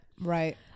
Right